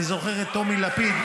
אני זוכר את טומי לפיד.